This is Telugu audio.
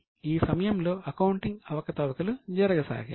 ఈ సమయంలో అకౌంటింగ్ అవకతవకలు జరిగసాగాయి